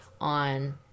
on